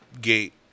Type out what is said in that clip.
gate